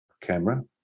camera